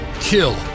Kill